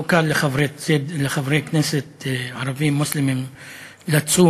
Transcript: לא קל לחברי כנסת ערבים מוסלמים לצום,